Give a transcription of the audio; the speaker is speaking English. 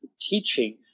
teaching